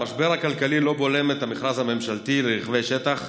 המשבר הכלכלי לא בולם את המכרז הממשלתי לרכבי שטח,